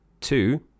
two